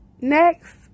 next